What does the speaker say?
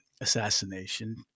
assassination